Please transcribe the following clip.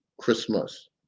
Christmas